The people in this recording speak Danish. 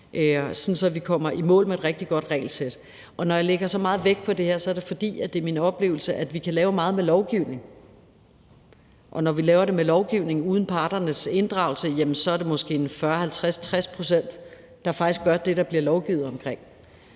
at vi kommer i mål med et rigtig godt regelsæt. Og når jeg lægger så meget vægt på det her, er det, fordi det er min oplevelse, at vi kan lave meget med lovgivning, og når vi laver det med lovgivning uden parternes inddragelse, jamen så er det måske 40, 50, 60 pct., der faktisk gør det, der bliver lovgivet omkring.